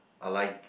I like